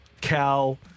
Cal